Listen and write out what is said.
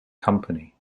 company